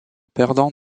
perdant